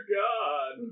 god